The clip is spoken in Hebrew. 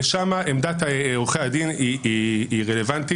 ושם עמדת עורכי הדין היא רלוונטית